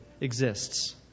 exists